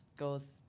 goes